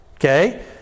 Okay